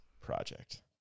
project